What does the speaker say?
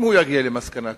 אם הוא יגיע למסקנה כזאת,